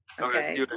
Okay